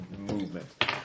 movement